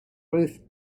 ruth